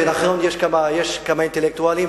ולכן יש כמה אינטלקטואלים,